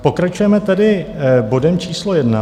Pokračujeme tedy bodem číslo 1.